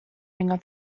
enger